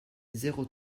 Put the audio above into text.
zéro